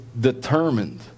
determined